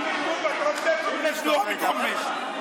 תודה רבה.